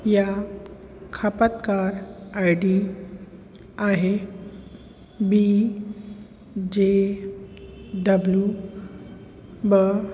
या खपतकार I D आहे बी जे डब्लू ॿ